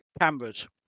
cameras